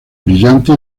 brillante